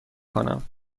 کنم